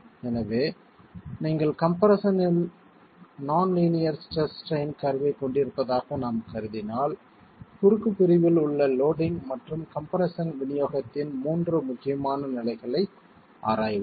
எனவே நீங்கள் கம்ப்ரெஸ்ஸன் இல் நான் லீனியர் ஸ்ட்ரெஸ் ஸ்ட்ரைன் கர்வ்வைக் கொண்டிருப்பதாக நாம் கருதினால் குறுக்கு பிரிவில் உள்ள லோடிங் மற்றும் கம்ப்ரெஸ்ஸன் விநியோகத்தின் மூன்று முக்கியமான நிலைகளை ஆராய்வோம்